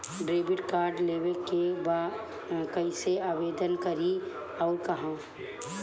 Debit card लेवे के बा कइसे आवेदन करी अउर कहाँ?